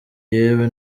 yewe